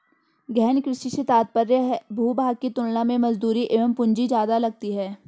गहन कृषि से तात्पर्य भूभाग की तुलना में मजदूरी एवं पूंजी ज्यादा लगती है